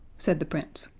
said the prince.